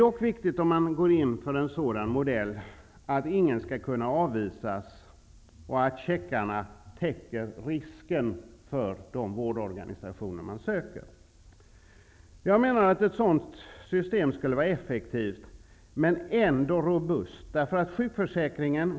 Om man går in för en sådan modell är det dock viktigt att ingen skall avvisas och att checkarna täcker risken för de vårdorganisationer man söker. Ett sådant system skulle vara effektivt, men ändå robust.